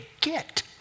get